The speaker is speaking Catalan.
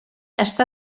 està